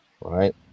right